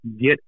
get